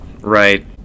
Right